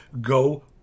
go